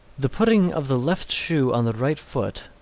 the putting of the left shoe on the right foot,